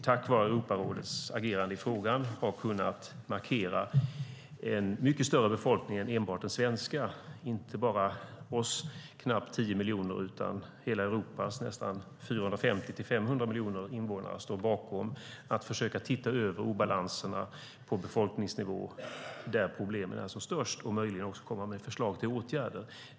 Tack vare Europarådets agerande i frågan har man kunnat markera en mycket större befolkning än enbart den svenska befolkningen på knappt tio miljoner, nämligen hela Europas 450-500 miljoner invånare, som står bakom att försöka se över obalanserna på befolkningsnivå där problemen är som störst och möjligen också komma med förslag till åtgärder.